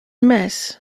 mess